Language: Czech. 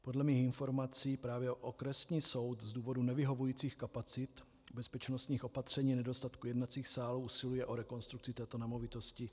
Podle mých informací právě okresní soud z důvodu nevyhovujících kapacit, bezpečnostních opatření a nedostatku jednacích sálů usiluje o rekonstrukci této nemovitosti.